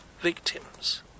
victims